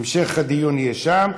המשך הדיון יהיה שם.